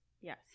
Yes